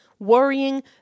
worrying